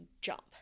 jump